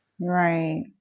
right